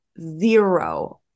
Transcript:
zero